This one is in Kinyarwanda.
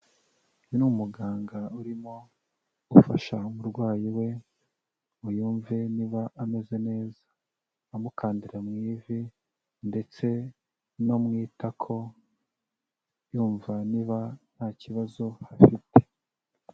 Uyu ni umuganga urimo gufasha umurwayi we ngo yumve niba ameze neza, amukandira mu ivi ndetse no mu itako yumva niba nta kibazo hafite.